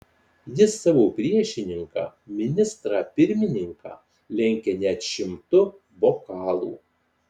jis savo priešininką ministrą pirmininką lenkia net šimtu bokalų